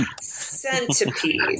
Centipede